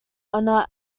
honor